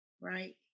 right